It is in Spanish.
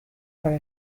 para